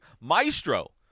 Maestro